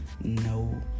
No